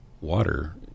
water